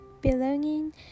belonging